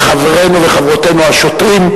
וחברינו וחברותינו השוטרים,